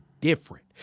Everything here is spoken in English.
different